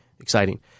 exciting